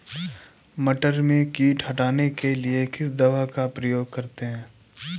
मटर में कीट हटाने के लिए किस दवा का प्रयोग करते हैं?